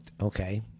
okay